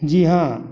जी हाँ